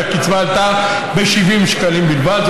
שבה הקצבה עלתה ב-70 שקלים בלבד,